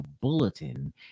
bulletin